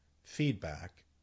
feedback